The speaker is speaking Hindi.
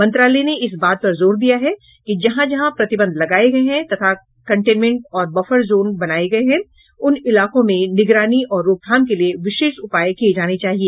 मंत्रालय ने इस बात पर जोर दिया है कि जहां जहां प्रतिबंध लगाये गये हैं तथा कंटेनमेंट और बफर जोन बनाये गये हैं उन इलाकों में निगरानी और रोकथाम के लिए विशेष उपाय किये जाने चाहिए